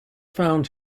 found